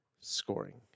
scoring